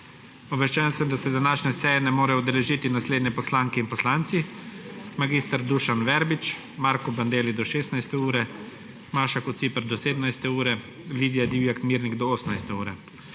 Obveščen sem, da se današnje seje ne morejo udeležiti naslednje poslanke in poslanci: mag. Dušan Verbič, Marko Bandelli do 16. ure, Maša Kociper do 17. ure, Lidija Divjak Mirnik do 18. ure.